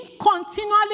continually